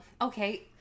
okay